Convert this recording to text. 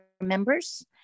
members